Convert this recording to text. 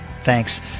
Thanks